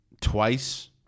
twice